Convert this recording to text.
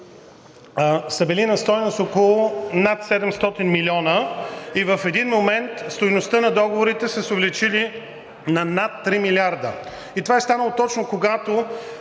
са били на стойност около над 700 милиона, и в един момент стойността на договорите се е увеличила на над 3 милиарда. Това е станало точно когато